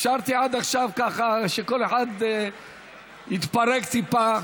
אפשרתי עד עכשיו שכל אחד יתפרק טיפה.